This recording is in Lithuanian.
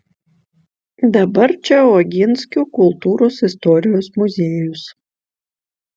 dabar čia oginskių kultūros istorijos muziejus